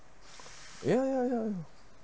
ya ya ya